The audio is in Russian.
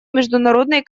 международной